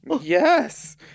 yes